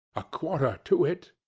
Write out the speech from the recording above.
a quarter to it,